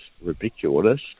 ridiculous